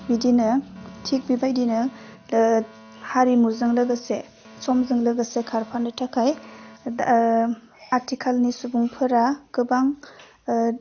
बिदिनो थिक बेबायदिनो ओह हारिमुजों लोगोसे समजों लोगोसे खारफानो थाखाय दाह ओह आथिखालनि सुबुंफोरा गोबां ओह